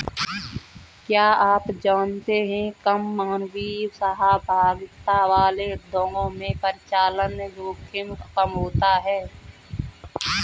क्या आप जानते है कम मानवीय सहभागिता वाले उद्योगों में परिचालन जोखिम कम होता है?